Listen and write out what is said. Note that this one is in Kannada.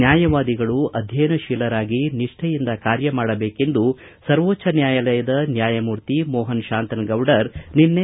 ನ್ಯಾಯವಾದಿಗಳು ಅಧ್ಯಯನಶೀಲರಾಗಿ ನಿಷ್ಠೆಯಿಂದ ಕಾರ್ಯಮಾಡಬೇಕೆಂದು ಸರ್ವೋಚ್ಚ ನ್ಯಾಯಾಲಯದ ನ್ಯಾಯಮೂರ್ತಿ ಮೋಹನ ಶಾಂತನಗೌಡರ ಹೇಳಿದ್ದಾರೆ